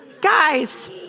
guys